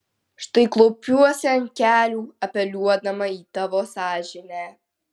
štai klaupiuosi ant kelių apeliuodama į tavo sąžinę